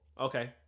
Okay